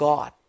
God